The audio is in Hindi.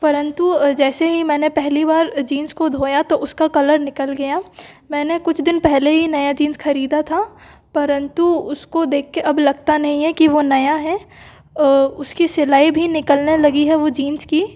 परंतु जैसे ही मैंने पहली बार जीन्स को धोया तो उसका कलर निकल गया मैंने कुछ दिन पहले ही नया जीन्स ख़रीदा था परंतु उसको देख के अब लगता नहीं है कि वो नया है उसकी सिलाई भी निकलने लगी है वो जीन्स की